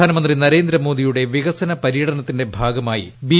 പ്രധാനമന്ത്രി നരേന്ദ്രമോദിയുടെ വികസന പര്യടനത്തിന്റെ ഭാഗമായി ബി